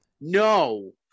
No